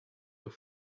your